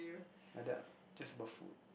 like that ah just about food